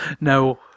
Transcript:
no